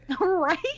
Right